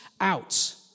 out